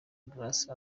grace